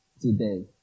today